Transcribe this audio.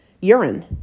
urine